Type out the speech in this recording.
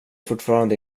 fortfarande